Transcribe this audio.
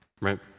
right